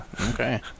Okay